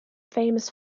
famous